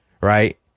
right